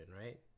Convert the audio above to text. right